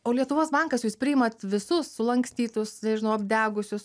o lietuvos bankas jūs priimat visus sulankstytus nežinau apdegusius